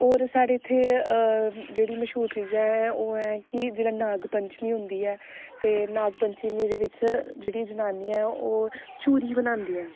और साढ़े इत्थै जेह्ड़ी मश्हूर चीजां हैन ओह् इत्थै एह् कि जिसलै नांग पंचमी होंदी ऐ ते नांग पंचमी ओहदे बिच जेहड़ी जनानी ऐ ओह् चूरी बनांदी ऐ